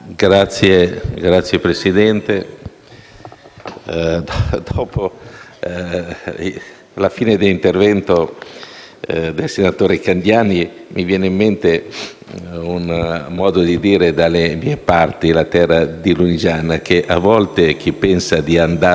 del senatore Candiani mi fa venire in mente un modo di dire delle mie parti, la terra di Lunigiana: a volte chi pensa di andarle a dare, le prende. Quindi, cosa succederà dopo le elezioni sarà il popolo sovrano a deciderlo.